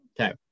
Okay